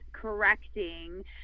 correcting